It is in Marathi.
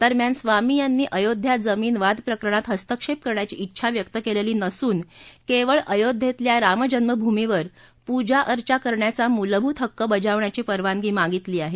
दरम्यान स्वामी यांनी अयोध्या जमीन वाद प्रकरणात हस्तक्षेप करण्याची डिछा व्यक्त केलेली नसून केवळ अयोध्यातल्या रामजन्मभूमीवर पूर्जा अर्चा करण्याचा मूलभूत हक्क बजावण्याची परवानगी मागितली आहे